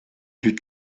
but